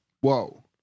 Whoa